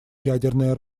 ядерное